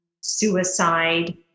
suicide